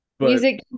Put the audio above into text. Music